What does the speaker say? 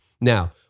Now